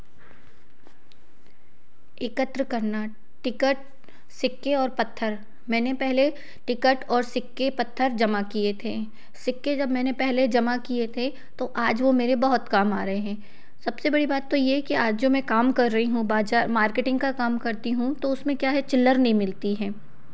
एकत्र करना टिकट सिक्के और पत्थर मैंने पहले टिकट और सिक्के पत्थर जमा किए थे सिक्के जब मैंने पहले जमा किए थे तो आज वे मेरे बहुत काम आ रहे हैं सबसे बड़ी बात तो यह है कि आज जो मैं काम कर रही हूँ बाज़ार मार्केटिंग का काम करती हूँ तो उसमें क्या है चिल्लड़ नहीं मिलती है